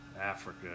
Africa